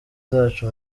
zacu